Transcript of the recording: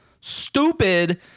stupid